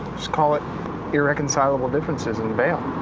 just call it irreconcilable differences and bail.